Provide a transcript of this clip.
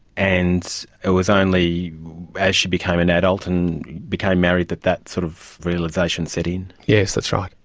and it was only as she became an adult and became married that that sort of realisation set in. yes, that's right.